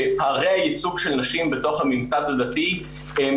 שפערי הייצוג של נשים בתוך הממסד הדתי הם